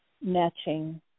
matching